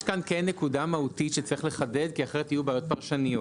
יש כאן נקודה מהותית שצריך לחדד כי אחרת יהיו בעיות פרשניות.